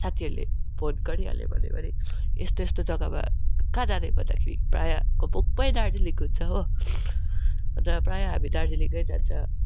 साथीहरूले फोन गरिहाल्यो भने पनि यस्तो यस्तो जग्गामा कहाँ जाने भन्दाखेरि प्रायको मुखमै दार्जिलिङ हुन्छ हो अन्त प्राय हामी दार्जिलिङै जान्छ